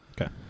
Okay